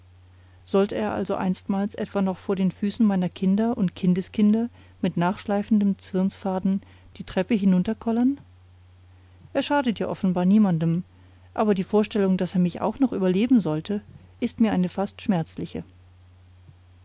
sollte er also einstmals etwa noch vor den füßen meiner kinder und kindeskinder mit nachschleifendem zwirnsfaden die treppe hinunterkollern er schadet ja offenbar niemandem aber die vorstellung daß er mich auch noch überleben sollte ist mir eine fast schmerzliche